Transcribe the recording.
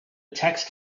text